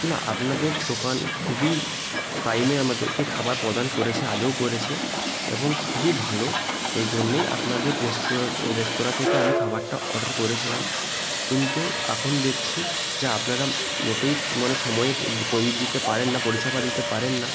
না আপনাদের দোকান খুবই টাইমে আমাদেরকে খাবার প্রদান করেছে আগেও করেছে এবং খুবই ভালো এই জন্যেই আপনাদের রেস্তোরাঁ থেকে আমি খাবারটা অর্ডার করেছিলাম কিন্তু এখন দেখছি যা আপনারা মোটেই মানে সময়ে দিতে পারেন না পরিষেবা দিতে পারেন না